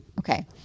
Okay